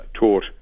taught